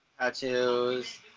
Tattoos